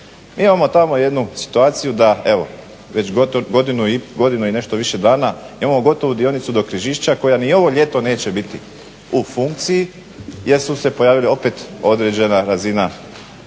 Mi imamo tamo jednu situaciju da evo već godinu i nešto više dana imamo gotovu dionicu do Križišća koja ni ovo ljeto neće biti u funkciji jer su se pojavili opet određena razina